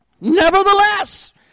Nevertheless